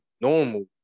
normal